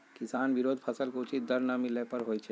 किसान विरोध फसल के उचित दर न मिले पर होई छै